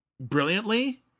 Brilliantly